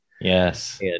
Yes